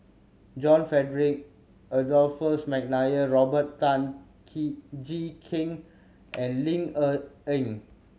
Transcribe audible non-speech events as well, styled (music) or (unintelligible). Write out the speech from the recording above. John Frederick Adolphus McNair Robert Tan (unintelligible) Jee Keng and Ling Cher Eng